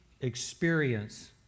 experience